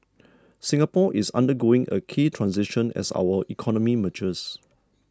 Singapore is undergoing a key transition as our economy matures